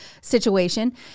situation